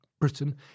Britain